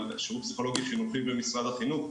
על פסיכולוגים חינוכיים במשרד החינוך,